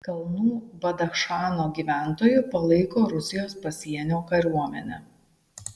kalnų badachšano gyventojų palaiko rusijos pasienio kariuomenę